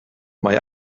mae